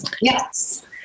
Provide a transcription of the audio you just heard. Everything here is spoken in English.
yes